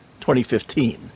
2015